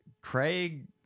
Craig